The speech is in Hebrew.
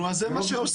נו, אז זה מה שעושים.